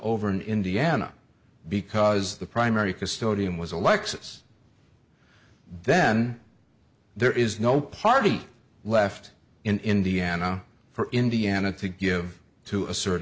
over in indiana because the primary custodian was a lexus then there is no party left in indiana for indiana to give to assert